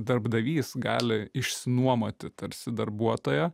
darbdavys gali išsinuomoti tarsi darbuotoją